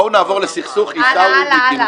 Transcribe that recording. בואו נעבור לסכסוך עיסאווי-מיקי.